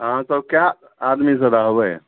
अहाँ सब कए आदमी से रहबै